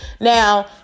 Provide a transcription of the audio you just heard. Now